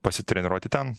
pasitreniruoti ten